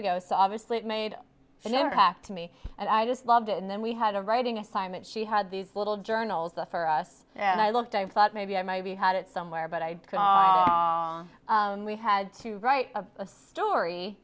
ago so obviously it made an impact to me and i just loved it and then we had a writing assignment she had these little journals for us and i looked i thought maybe i might be had it somewhere but i saw we had to write a story